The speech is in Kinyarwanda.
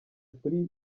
kuli